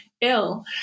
ill